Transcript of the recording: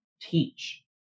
teach